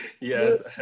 Yes